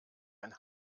ein